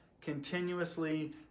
continuously